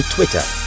Twitter